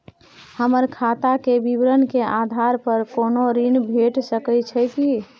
हमर खाता के विवरण के आधार प कोनो ऋण भेट सकै छै की?